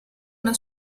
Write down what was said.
una